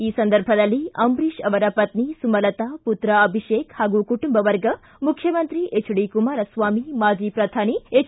ಈ ಸಂದರ್ಭದಲ್ಲಿ ಅಂಬರೀತ್ ಅವರ ಪತ್ನಿ ಸುಮಲತಾ ಪುತ್ರ ಅಭಿಷೇಕ್ ಹಾಗೂ ಕುಟುಂಬ ವರ್ಗ ಮುಖ್ಯಮಂತ್ರಿ ಎಚ್ ಡಿ ಕುಮಾರಸ್ವಾಮಿ ಮಾಜಿ ಪ್ರಧಾನಿ ಎಚ್